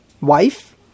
wife